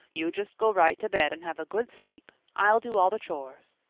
you just go right to bed and have a good sleep. i'll do all the chores.